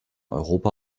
europa